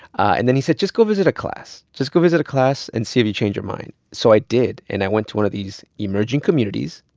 and then he said, just go visit a class. just go visit a class, and see if you change your mind. so i did. and i went to one of these emerging communities.